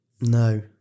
No